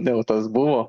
dėl tas buvo